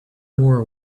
more